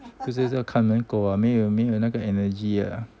不是说看门狗啊没有没有那个 energy ah